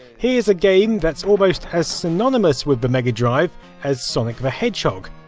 here's a game that's almost as synonymous with the mega drive as sonic the hedgehog,